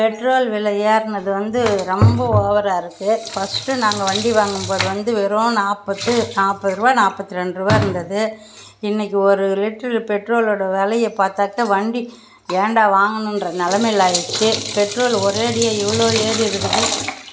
petrol விலை ஏற்னது வந்து ரொம்போ ஓவராக இருக்கு ஃபர்ஸ்ட்டு நாங்கள் வண்டி வாங்கும்போது வந்து வெறும் நாற்பத்து நாற்பதுருவா நாற்பத்தி ரெண்டுருவா இருந்தது இன்னிக்கு ஒரு லிட்ரு பெட்ரோல் ஓட விலையை பார்த்தாக்க வண்டி ஏன்டா வாங்கனோன்ற நிலைமையில் ஆயிடுச்சு பெட்ரோல் ஒரே அடியாக இவ்வளோ ஏறி இருக்குது